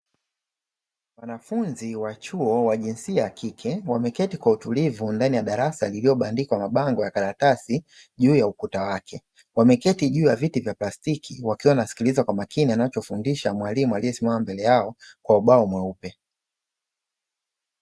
Wanafunzi wa chuo wa jinsia ya kike, wameketi kwa utulivu ndani ya darasa lililobandikwa mabango ya karatasi juu ya ukuta wake, wameketi juu ya viti vya plastiki wakiwa wanasikiliza kwa makini anachofundisha mwalimu aliyesimama mbele yao kwa ubao mweupe.